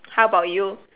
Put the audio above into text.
how about you